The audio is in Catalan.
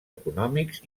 econòmics